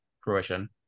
fruition